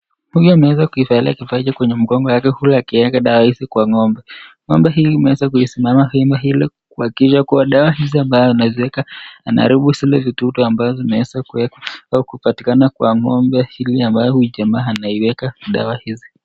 Huyu ameweza kuivalia kifaa kwa mgongo yake huku akieka dawa hizi kwa ng'ombe. Ng'ombe huyu ameweza kusimama wima ili kuhakikisha hizi dawa zinawekwa zinaharibu vidudu vile zinaweza kupatikana kwa ng'ombe ile ambayo yule jamaa anaiweka dawa hizi.